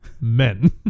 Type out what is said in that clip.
men